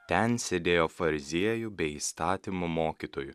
ten sėdėjo fariziejų bei įstatymo mokytojų